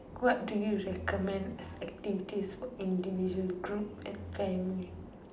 what do you recommend as activities for individual group and family